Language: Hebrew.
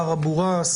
אדוני היושב-ראש,